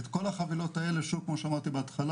את כל החבילות האלה שוב כמו שאמרתי בהתחלה